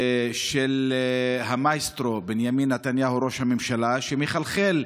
של המאסטרו בנימין נתניהו, ראש הממשלה, שמחלחלת,